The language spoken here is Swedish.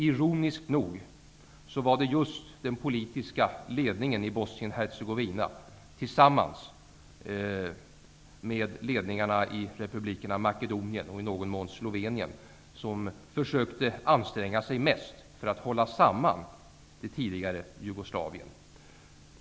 Ironiskt nog var det just den politiska ledningen i Bosnien-Hercegovina, tillsammans med ledningarna i republikerna Makedonien och -- i någon mån -- Slovenien, som försökte anstränga sig mest för att hålla samman det tidigare Jugoslavien.